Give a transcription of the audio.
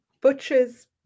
butchers